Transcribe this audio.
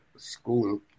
School